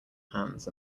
hands